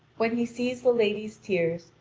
when he sees the lady's tears,